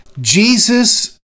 Jesus